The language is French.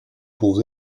pour